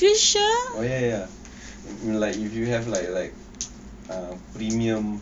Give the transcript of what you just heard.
oh ya ya like if you have like like a premium